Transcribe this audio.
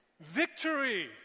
Victory